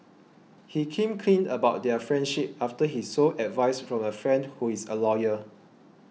he came clean about their friendship after he sought advice from a friend who is a lawyer